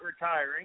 retiring